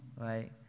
right